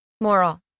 Moral